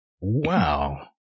Wow